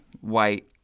white